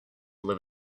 live